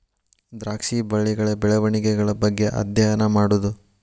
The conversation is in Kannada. ದ್ರಾಕ್ಷಿ ಬಳ್ಳಿಗಳ ಬೆಳೆವಣಿಗೆಗಳ ಬಗ್ಗೆ ಅದ್ಯಯನಾ ಮಾಡುದು